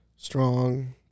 Strong